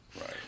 Right